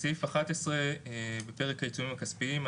בסעיף 11 בפרק העיצומים הכספיים,